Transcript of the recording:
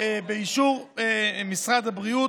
באישור משרד הבריאות,